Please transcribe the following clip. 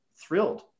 thrilled